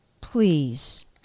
Please